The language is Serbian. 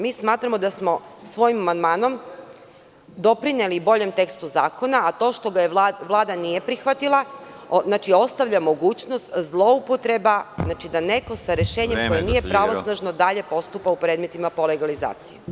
Mi smatramo da smo svojim amandmanom doprineli boljem tekstu zakona, a to što ga Vlada nije prihvatila ostavlja mogućnost zloupotreba, da neko sa rešenjem koje nije pravosnažno dalje postupa u predmetima po legalizaciji.